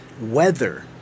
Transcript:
weather